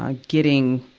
ah getting